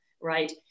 right